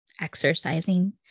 exercising